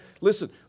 Listen